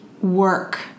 work